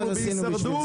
אנחנו בהישרדות,